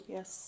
Yes